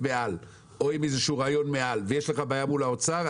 מעל או עם איזה שהוא רעיון מעל ויש לך בעיה מול האוצר,